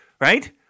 Right